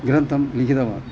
ग्रन्थं लिखितवान्